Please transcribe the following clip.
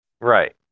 Right